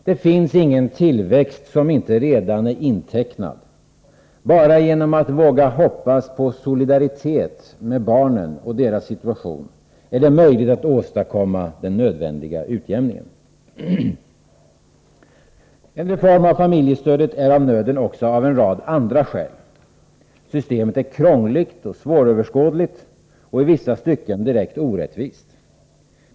Det finns ingen tillväxt som inte redan är intecknad. Bara genom att våga hoppas på solidaritet med barnen är det möjligt att åstadkomma den nödvändiga utjämningen. En reform av familjestödet är av nöden också av en rad andra skäl. Systemet är krångligt och svåröverskådligt och i vissa stycken direkt orättvist.